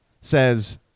says